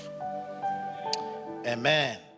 Amen